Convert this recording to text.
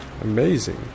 amazing